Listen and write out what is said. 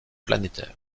planétaire